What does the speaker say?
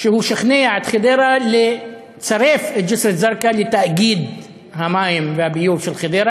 שהוא שכנע את חדרה לצרף את ג'סר-א-זרקא לתאגיד המים והביוב של חדרה,